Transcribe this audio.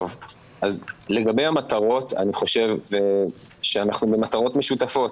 לגבי המטרות, אני חושב שאנחנו במטרות משותפות.